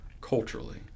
culturally